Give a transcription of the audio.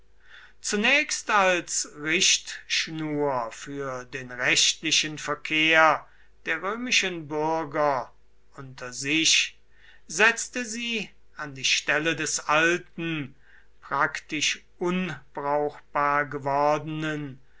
zunächst als richtschnur für den rechtlichen verkehr der römischen bürger unter sich setzte sie an die stelle des alten praktisch unbrauchbar gewordenen